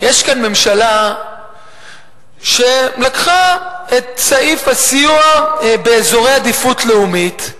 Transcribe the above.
יש כאן ממשלה שלקחה את סעיף הסיוע באזורי עדיפות לאומית,